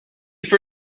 for